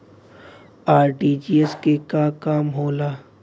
RTGS के का काम होला?